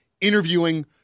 interviewing